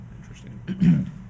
Interesting